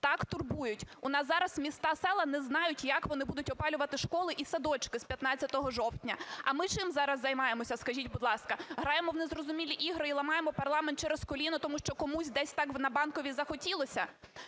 Так, турбують, у нас зараз міста, села не знають, як вони будуть опалювати школи і садочки з 15 жовтня. А ми чим зараз займаємося, скажіть, будь ласка? Граємо в незрозумілі ігри і ламаємо парламент через коліно, тому що комусь десь так на Банковій так захотілося?